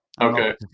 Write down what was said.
Okay